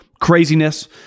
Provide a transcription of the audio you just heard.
craziness